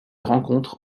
rencontre